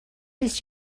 his